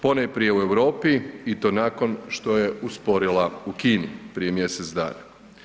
Ponajprije u Europi i to nakon što je usporila u Kini prije mjesec dana.